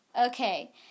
Okay